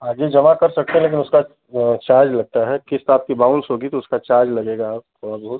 आगे जमा कर सकते हैं लेकिन उसका चार्ज लगता है क़िस्त आप कि बाउंस होगी तो उसका चार्ज लगेगा थोड़ा बहुत